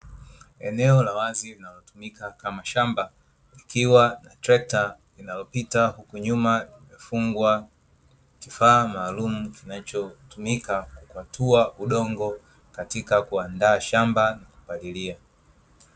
Eneo la wazi linalotumika kama shamba, likiwa na trekta linalopita huku nyuma limefungwa kifaa maalumu, kinachotumika kukwatua udongo katika kuandaa shamba, kupalilia.